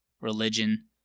religion